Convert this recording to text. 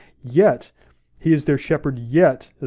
yet he is their shepherd, yet, ah